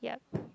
yup